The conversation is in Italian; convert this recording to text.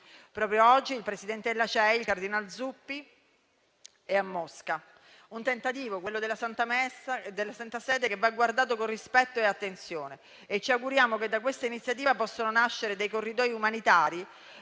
Proprio oggi il presidente della CEI, cardinal Zuppi, è a Mosca. È un tentativo, quello della Santa Sede, che va guardato con rispetto e attenzione, e ci auguriamo che da questa iniziativa possano nascere dei corridoi umanitari,